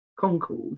Concord